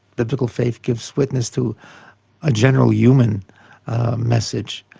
biblical faith gives witness to a general human message,